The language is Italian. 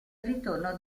ritorno